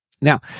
Now